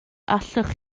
allwch